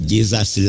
Jesus